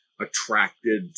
attracted